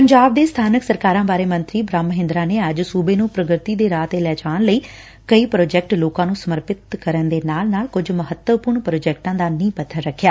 ਪੰਜਾਬ ਦੇ ਸਬਾਨਕ ਸਰਕਾਰਾ ਬਾਰੇ ਮੰਤਰੀ ਸ੍ਰੀ ਬੂਹਮ ਮਹਿੰਦਰਾ ਨੇ ਅੱਜ ਸੁਬੇ ਨੰ ਪ੍ਰਗਡੀ ਦੇ ਰਾਹ ਤੇ ਲੈ ਜਾਣ ਲਈ ਕਈ ਪ੍ਰਾਜੈਕਟ ਲੋਕਾਂ ਨੁੰ ਸਮਰਪਿਤ ਕਰਨ ਦੇ ਨਾਲ ਨਾਲ ਕੁਝ ਮਹੱਤਵਪੁਰਨ ਪ੍ਰਾਜੈਕਟਾਂ ਦਾ ਨੀਂਹ ਪੱਬਰ ਰੱਖਿਆ